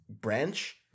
branch